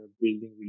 building